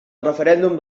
referèndum